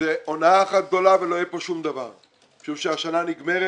זו הונאה אחת גדולה ולא יהיה פה שום דבר משום שהשנה נגמרת,